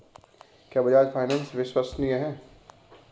क्या बजाज फाइनेंस विश्वसनीय है?